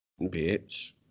Bitch